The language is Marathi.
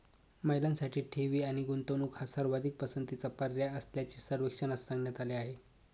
महिलांसाठी ठेवी आणि गुंतवणूक हा सर्वाधिक पसंतीचा पर्याय असल्याचे सर्वेक्षणात सांगण्यात आले आहे